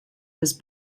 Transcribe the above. was